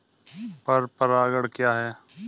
पर परागण क्या है?